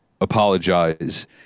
apologize